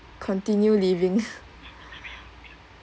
continue living